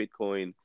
Bitcoin